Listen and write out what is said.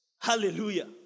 Hallelujah